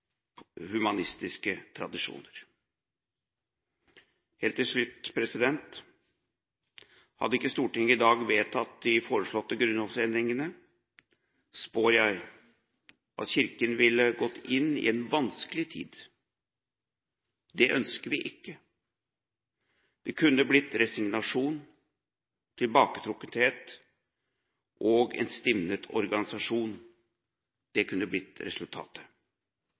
humanistiske tradisjoner. Helt til slutt: Hadde ikke Stortinget i dag vedtatt de foreslåtte grunnlovsendringene, spår jeg at Kirken ville gått inn i en vanskelig tid. Det ønsker vi ikke. Resignasjon, tilbaketrukkethet og en stivnet organisasjon kunne blitt resultatet.